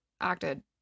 acted